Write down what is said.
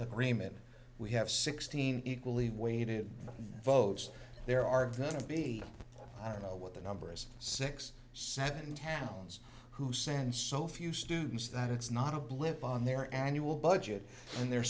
agreement we have sixteen equally weighted votes there are going to be i don't know what the number is six seven towns who send so few students that it's not a blip on their annual budget and their